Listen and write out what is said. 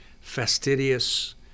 fastidious